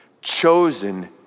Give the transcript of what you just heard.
chosen